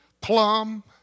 Plum